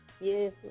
Yes